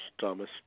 Thomas